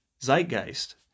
Zeitgeist